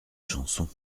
chansons